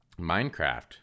Minecraft